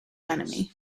enemy